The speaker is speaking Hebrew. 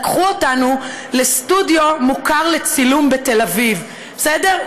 לקחו אותנו לסטודיו מוכר לצילום בתל אביב, בסדר?